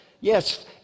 Yes